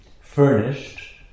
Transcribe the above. furnished